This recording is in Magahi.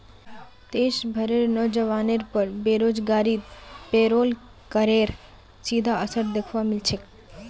देश भरेर नोजवानेर पर बेरोजगारीत पेरोल करेर सीधा असर दख्वा मिल छेक